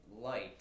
light